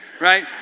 right